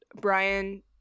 Brian